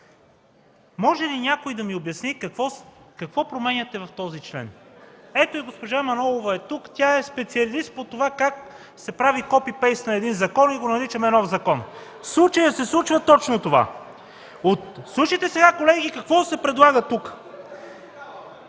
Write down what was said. може ли някой да ми обясни какво променяте в този член? Ето и госпожа Манолова е тук, тя е специалист по това как се прави копи-пейст на един закон и го наричаме „нов закон”. В случая се прави точно това. Колеги, слушайте какво се предлага тук.